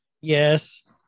Yes